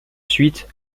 suite